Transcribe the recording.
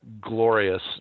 glorious